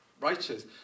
righteous